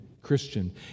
Christian